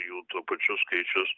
jų tuo pačiu skaičius